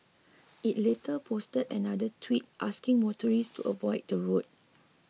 it later posted another Tweet asking motorists to avoid the road